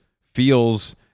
feels